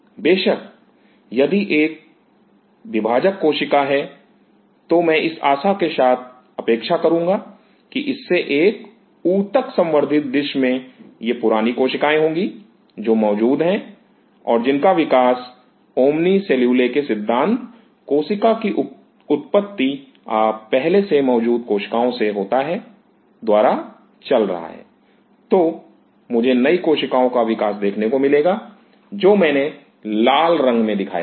बेशक यदि यह एक विभाजक कोशिका है तो मैं इस आशा से अपेक्षा करुंगा कि इससे एक ऊतक संर्वधित डिश में ये पुरानी कोशिकाएं होंगी जो मौजूद हैं और जिनका विकास ओमनी सेल्यूले के सिद्धांत 'कोशिका की उत्पत्ति पहले से मौजूद कोशिकाओं से होता है' द्वारा चल रहा है तो मुझे नई कोशिकाओं का विकास देखने को मिलेगा जो मैंने लाल रंग में दिखाया है